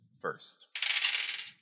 first